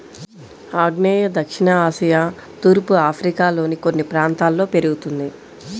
ఆగ్నేయ దక్షిణ ఆసియా తూర్పు ఆఫ్రికాలోని కొన్ని ప్రాంతాల్లో పెరుగుతుంది